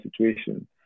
situation